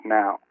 now